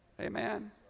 Amen